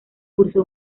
cursó